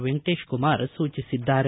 ವೆಂಕಟೇಶ್ ಕುಮಾರ ಸೂಚಿಸಿದ್ದಾರೆ